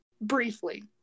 Briefly